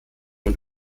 und